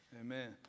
Amen